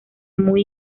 muy